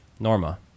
Norma